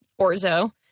orzo